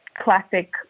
classic